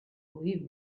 believe